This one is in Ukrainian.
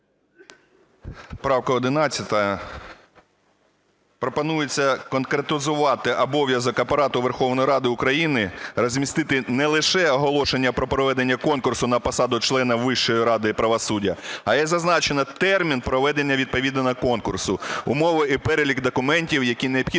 Правка 11-а. Пропонується конкретизувати обов'язок Апарату Верховної Ради України розмістити не лише оголошення про проведення конкурсу на посаду члена Вищої ради правосуддя, а й зазначено термін проведення відповідного конкурсу, умови і перелік документів, які необхідно